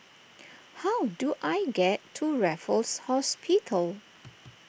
how do I get to Raffles Hospital